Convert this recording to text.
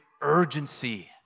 urgency